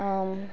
ఆ